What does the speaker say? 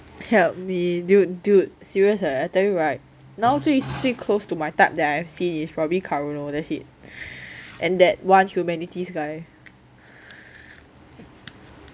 tiap 你 dude dude serious eh I tell you right now 最 close to my type that I've seen is probably karuno that's it and that one humanities guy